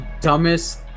dumbest